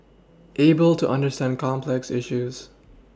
able to understand complex issues